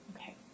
Okay